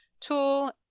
tool